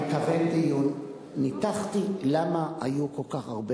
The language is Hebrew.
להביא את כל הכוח למרכז.